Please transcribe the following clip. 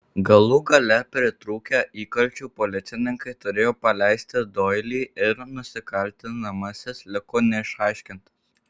galų gale pritrūkę įkalčių policininkai turėjo paleisti doilį ir nusikaltimas liko neišaiškintas